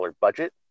budget